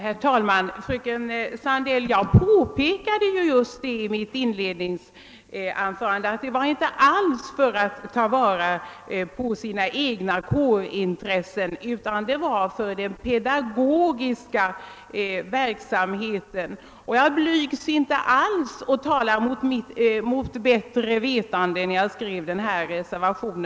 Herr talman! I mitt inledningsanförande påpekade jag just, att avsikten inte alls är att fackrepresentanterna i skolstyreisen skall ta till vara sina egna kårintressen, utan deras uppgift är att tillföra skolstyrelsen synpunkter på den pedagogiska verksamheten. Jag handlade inte alls mot bättre vetande när jag skrev min reservation.